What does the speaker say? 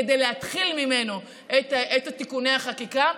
כדי להתחיל ממנו את תיקוני החקיקה,